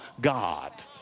God